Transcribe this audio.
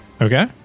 Okay